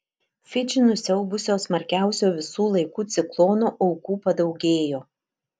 fidžį nusiaubusio smarkiausio visų laikų ciklono aukų padaugėjo